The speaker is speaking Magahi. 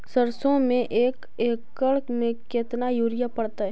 सरसों में एक एकड़ मे केतना युरिया पड़तै?